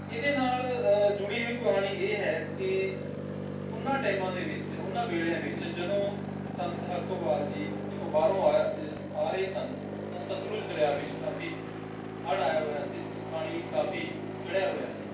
ਇਹਦੇ ਨਾਲ ਜੁੜੀ ਹੋਈ ਕਹਾਣੀ ਇਹ ਹੈ ਕਿ ਉਨ੍ਹਾਂ ਟਾਈਮਾਂ ਦੇ ਵਿੱਚ ਉਹਨਾਂ ਵੇਲਿਆਂ ਵਿੱਚ ਜਦੋਂ ਸੰਤ ਹਰਖੋਵਾਲ ਜੀ ਕਿਤੋਂ ਬਾਹਰੋਂ ਆ ਆ ਰਹੇ ਸਨ ਤਾਂ ਸਤਲੁਜ ਦਰਿਆ ਵਿੱਚ ਕਾਫ਼ੀ ਹੜ੍ਹ ਆਇਆ ਹੋਇਆ ਸੀ ਪਾਣੀ ਕਾਫ਼ੀ ਚੜਿਆ ਹੋਇਆ ਸੀ